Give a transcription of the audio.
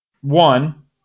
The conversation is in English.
one